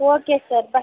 okay sir ಬ